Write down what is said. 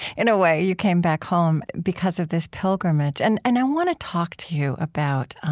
in a way? you came back home because of this pilgrimage. and and i want to talk to you about